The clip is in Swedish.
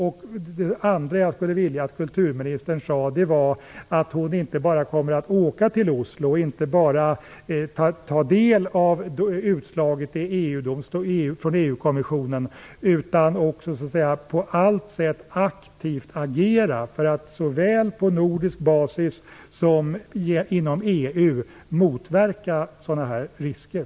Jag skulle också vilja att kulturministern sade att hon inte bara kommer att åka till Oslo och att hon inte bara kommer att ta del av utslaget från EU-kommissionen, utan att hon också på allt sätt aktivt kommer att agera för att såväl på nordisk basis som inom EU motverka sådana här risker.